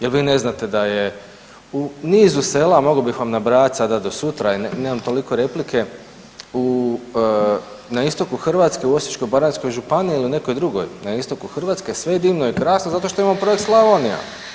Je l' vi ne znate da je u nizu sela, a mogao bih vam nabrajati sada do sutra, nemam toliko replike, u, na istoku Hrvatske, u Osječko-baranjskoj županiji ili nekoj drugoj na istoku Hrvatske, sve divno i krasno zato što imamo projekt Slavonija.